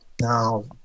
Now